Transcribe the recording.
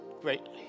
greatly